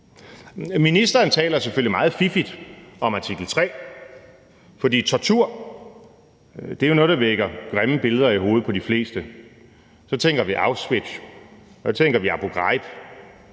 Ministeren taler selvfølgelig meget fiffigt om artikel 3, fordi tortur jo er noget, der vækker grimme billeder i hovedet på de fleste, så tænker vi Auschwitz, så tænker